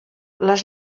les